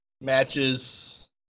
matches